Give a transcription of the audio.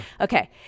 Okay